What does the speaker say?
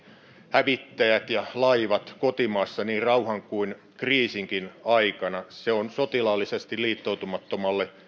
hävittäjät ja laivat kotimaassa niin rauhan kuin kriisinkin aikana se on sotilaallisesti liittoutumattomalle